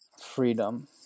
Freedom